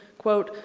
quote,